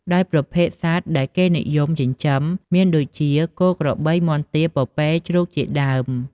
ដោយប្រភេទសត្វដែលគេនិយមចិញ្ចឹម មានដូចជា គោ ក្របី មាន់ ទា ពពែ ជ្រូកជាដើម។